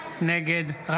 נגד אפליית נשים.